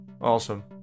Awesome